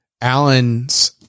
Allen's